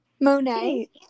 Monet